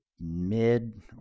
Mid